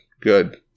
good